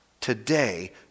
Today